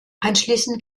anschließend